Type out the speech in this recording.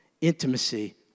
intimacy